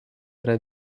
yra